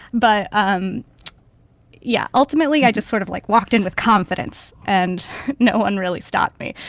but, um yeah, ultimately i just sort of like walked in with confidence and no one really stopped me.